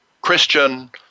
Christian